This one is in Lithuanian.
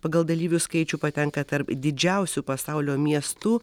pagal dalyvių skaičių patenka tarp didžiausių pasaulio miestų